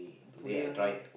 today only